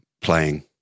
playing